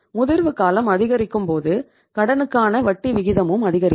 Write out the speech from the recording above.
முதிர்வுகாலம் அதிகரிக்கும்போது கடனுக்கான வட்டி விகிதமும் அதிகரிக்கும்